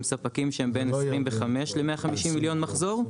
עם ספקים שהם בין 25 ל- 150 מיליון מחזור,